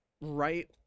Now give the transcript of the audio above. right